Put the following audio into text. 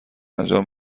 انجام